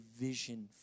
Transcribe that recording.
vision